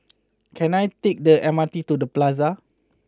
can I take the M R T to The Plaza